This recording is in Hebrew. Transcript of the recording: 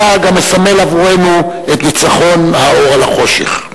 חג המסמל עבורנו את ניצחון האור על החושך.